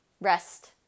rest